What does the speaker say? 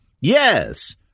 Yes